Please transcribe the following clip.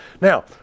Now